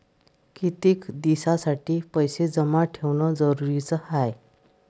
कितीक दिसासाठी पैसे जमा ठेवणं जरुरीच हाय?